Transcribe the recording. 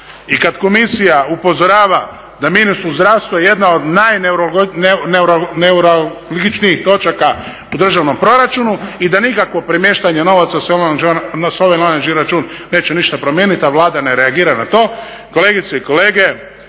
i kad Komisija upozorava da minus u zdravstvu je jedna od najneuralgičnijih točaka u državnom proračunu i da nikakvo premještanje novaca …/Govornik se ne razumije./… neće ništa promijeniti, a Vlada ne reagira na to. Kolegice i kolege,